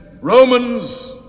Romans